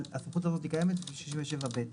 אבל היא קיימת ב-37ב.